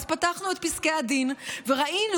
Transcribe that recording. פתחנו את פסקי הדין וראינו